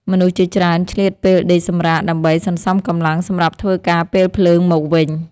មនុស្សជាច្រើនឆ្លៀតពេលដេកសម្រាក ដើម្បីសន្សំកម្លាំងសម្រាប់ធ្វើការពេលភ្លើងមកវិញ។